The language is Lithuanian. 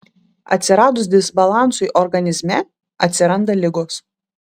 atsiradus disbalansui organizme atsiranda ligos